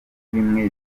bimwe